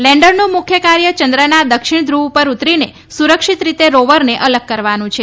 લેન્ડરનું મુખ્ય કાર્ય ચંદ્રના દક્ષિણ ધ્રૂવ પર ઉતરીને સુરક્ષીત રીતે રોવરને અલગ કરવાનું છે